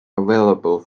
available